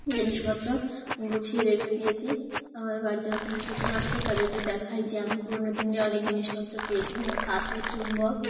জিনিসপত্র গুছিয়ে রেখে দিয়েছি আমাদের বাড়িতেেরকম কুটুম আসলে তাদেরকে দেখাই যে আমি পুরোনো দিনে অনেক জিনিসপত্র পেয়েছি যেমন পাথর চুম্বক